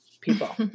people